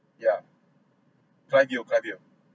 yeah clive Yeo clive Yeo